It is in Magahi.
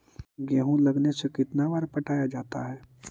गेहूं लगने से कितना बार पटाया जाता है?